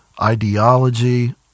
ideology